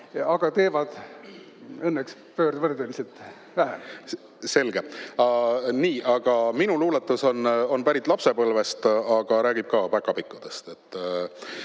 aga teevad õnneks pöördvõrdeliselt vähem. Selge. Nii, aga minu luuletus on pärit lapsepõlvest ja räägib ka päkapikkudest.